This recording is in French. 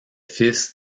fils